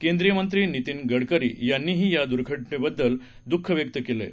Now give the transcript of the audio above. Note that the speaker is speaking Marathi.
केंद्रीय मंत्री नितीन गडकरी यांनीही या घटनेबद्दल दुःख व्यक्त केलंय